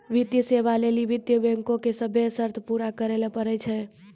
वित्तीय सेवा लै लेली वित्त बैंको के सभ्भे शर्त पूरा करै ल पड़ै छै